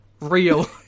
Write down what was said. real